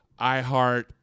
iHeart